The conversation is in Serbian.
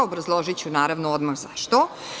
Obrazložiću, naravno, odmah zašto.